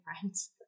friends